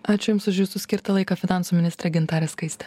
ačiū jums už jūsų skirtą laiką finansų ministrė gintarė skaistė